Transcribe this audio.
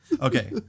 Okay